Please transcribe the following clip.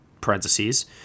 parentheses